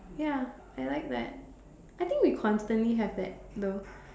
ya I like that I think we constantly have that though